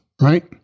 right